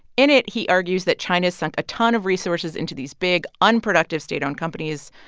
in it, he argues that china sunk a ton of resources into these big, unproductive state-owned companies.